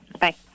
Bye